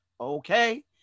okay